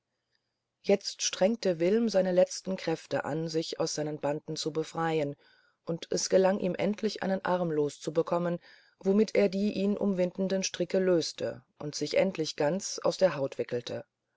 jetzt strengte wilm seine letzten kräfte an sich aus seinen banden zu befreien und es gelang ihm endlich einen arm loszubekommen womit er die ihn umwindenden stricke löste und sich endlich ganz aus der haut wickelte